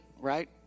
right